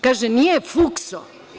Kaže: „Nije, fukso“